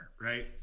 right